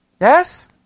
Yes